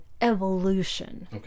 evolution